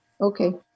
Okay